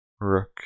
Rook